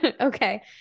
Okay